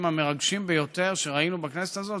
המרגשים ביותר שראינו בכנסת הזאת,